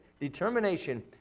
Determination